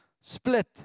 split